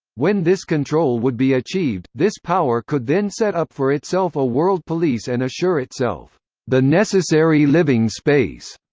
when this control would be achieved, this power could then set up for itself a world police and assure itself the necessary living space.